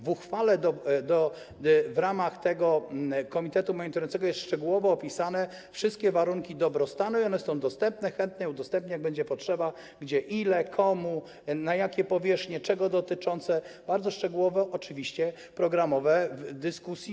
W uchwale podjętej w ramach tego komitetu monitorującego są szczegółowo opisane wszystkie warunki dobrostanu - to jest dostępne, chętnie to udostępnię, jak będzie potrzeba - gdzie, ile, komu, na jakie powierzchnie, czego dotyczące, bardzo szczegółowo, oczywiście programowe kwestie w dyskusji.